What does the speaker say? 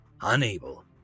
unable